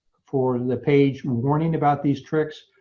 for the page warning about these tricks.